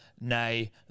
nay